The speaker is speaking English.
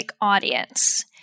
audience